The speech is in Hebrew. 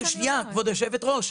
שנייה, כבוד היושבת ראש.